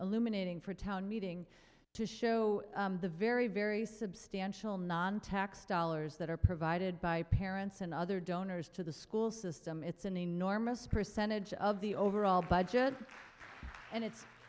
uminating for a town meeting to show the very very substantial non tax dollars that are provided by parents and other donors to the school system it's an enormous percentage of the overall budget and it's